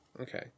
Okay